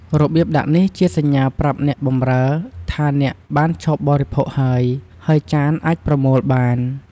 របៀបដាក់នេះជាសញ្ញាប្រាប់អ្នកបម្រើថាអ្នកបានឈប់បរិភោគហើយ ហើយចានអាចប្រមូលបាន។